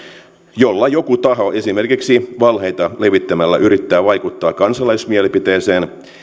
jolla joku taho esimerkiksi valheita levittämällä yrittää vaikuttaa kansalaismielipiteeseen